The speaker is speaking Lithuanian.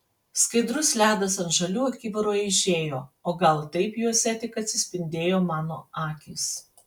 skaidrus ledas ant žalių akivarų aižėjo o gal taip juose tik atsispindėjo mano akys